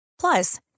Plus